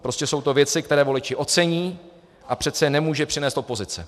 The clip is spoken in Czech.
Prostě jsou to věci, které voliči ocení a přece je nemůže přinést opozice.